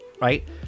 right